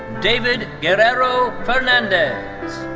david guerero fernandez.